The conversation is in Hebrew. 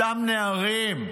אותם נערים,